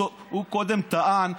הוא קודם טען,